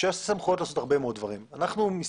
וזה לא